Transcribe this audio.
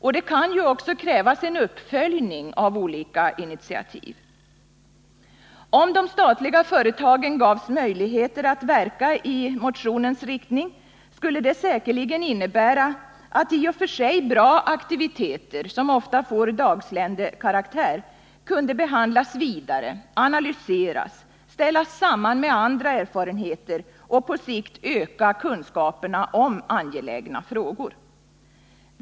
Och det kan ju också krävas en uppföljning av olika initiativ. Om de statliga företagen gavs möjligheter att verka i motionens riktning, skulle det säkerligen innebära att i och för sig bra aktiviteter, som ofta får dagsländekaraktär, kunde behandlas vidare, analyseras, ställas samman med andra erfarenheter och på sikt öka kunskaperna om angelägna frågor.